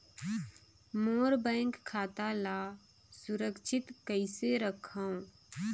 मोर bank खाता ला सुरक्षित कइसे रखव?